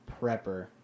prepper